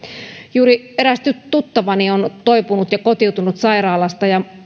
juuri eräs tuttavani on toipunut ja kotiutunut sairaalasta ja